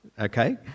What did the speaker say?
Okay